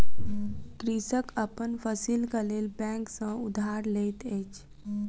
कृषक अपन फसीलक लेल बैंक सॅ उधार लैत अछि